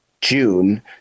June